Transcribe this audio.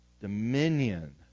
dominion